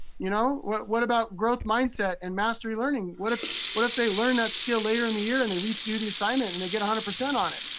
you know what what about growth mindset and mastery learning? what if what if they learn that skill later in the year, and they read through the assignment, and they get one hundred percent on it?